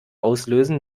auslösen